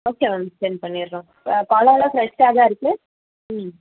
okay ma'am send பண்ணிடறோம் பழம் எல்லாம் ஃபிரஷாகதான் இருக்குது